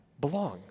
belong